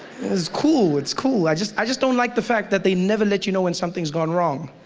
it's cool, it's cool. i just i just don't like the fact that they never let you know when something's gone wrong.